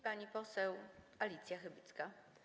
Pani poseł Alicja Chybicka.